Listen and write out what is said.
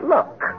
Look